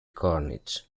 carnage